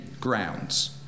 grounds